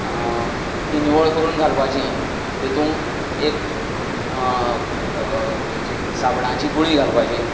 ती निवळ करुन घालपाची तेतूंत एक हेची साबणाची गुळी घालपाची